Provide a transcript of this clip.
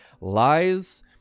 lies